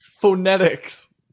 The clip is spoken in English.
Phonetics